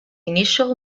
initial